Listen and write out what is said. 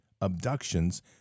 abductions